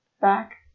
Back